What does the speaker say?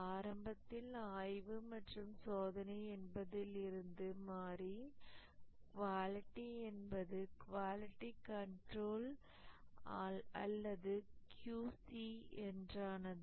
ஆரம்பத்தில் ஆய்வு மற்றும் சோதனை என்பதிலிருந்து மாறி குவாலிட்டி என்பது குவாலிட்டி கண்ட்ரோல் or QC என்றானது